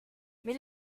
mais